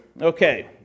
Okay